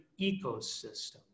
ecosystem